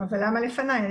למה לפניי?